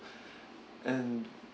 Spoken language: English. and